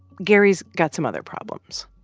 gary's got some other problems.